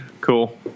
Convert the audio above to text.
Cool